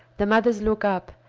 the mothers look up,